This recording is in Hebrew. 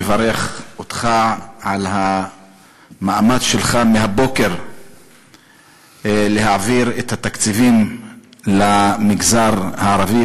נברך אותך על המאמץ שלך מהבוקר להעביר את התקציבים למגזר הערבי,